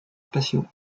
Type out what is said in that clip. spatiaux